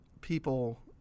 people